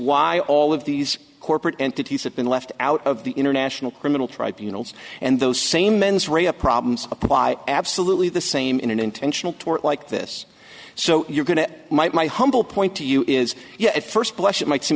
why all of these corporate entities have been left out of the international criminal tribunals and those same mens rea of problems apply absolutely the same in an intentional tort like this so you're going to my humble point to you is yeah at first blush it might seem